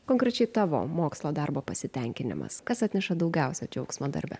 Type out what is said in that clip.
konkrečiai tavo mokslo darbo pasitenkinimas kas atneša daugiausia džiaugsmo darbe